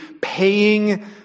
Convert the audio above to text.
paying